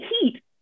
heat